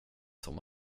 som